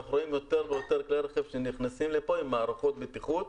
אנחנו רואים יותר ויותר כלי רכב שנכנסים לפה עם מערכות בטיחות,